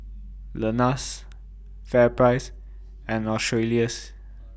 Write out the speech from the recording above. Lenas FairPrice and Australis